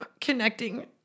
connecting